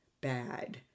bad